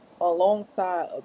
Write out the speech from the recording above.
alongside